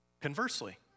Conversely